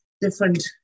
different